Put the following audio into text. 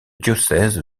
diocèse